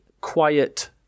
quiet